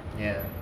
ya